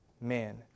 man